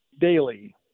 daily